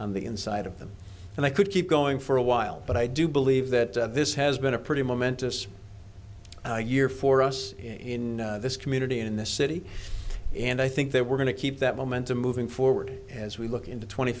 on the inside of them and i could keep going for a while but i do believe that this has been a pretty momentous year for us in this community in this city and i think that we're going to keep that momentum moving forward as we look into twenty